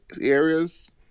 areas